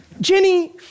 Jenny